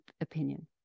opinion